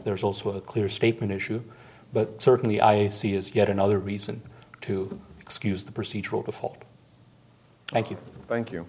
there's also a clear statement issue but certainly i see is yet another reason to excuse the procedural default thank you thank you